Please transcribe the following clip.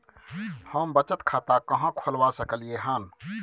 हम बचत खाता कहाॅं खोलवा सकलिये हन?